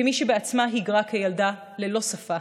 כמי שבעצמה היגרה כילדה, ללא שפה,